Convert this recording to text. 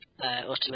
automatically